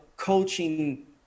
coaching